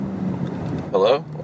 Hello